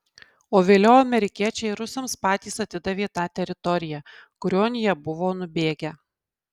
o vėliau amerikiečiai rusams patys atidavė tą teritoriją kurion jie buvo nubėgę